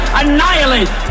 annihilate